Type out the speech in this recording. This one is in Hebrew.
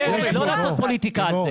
זה פוליטיקה.